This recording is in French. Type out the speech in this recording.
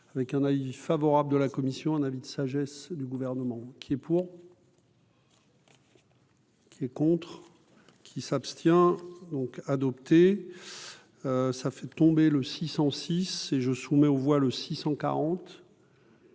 avec un avis favorable de la commission, un avis de sagesse du gouvernement qui est pour. Qui est contre qui s'abstient donc adopté, ça fait tomber le 600 six et je soumets aux voix le six